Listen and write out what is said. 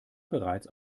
bereits